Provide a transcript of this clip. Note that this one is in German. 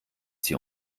sie